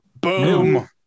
Boom